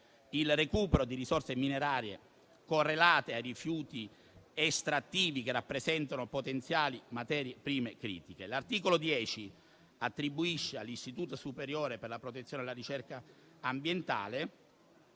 il recupero di risorse minerarie correlate ai rifiuti estrattivi che rappresentano potenziali materie prime critiche. L'articolo 10 attribuisce all'Istituto superiore per la protezione e la ricerca ambientale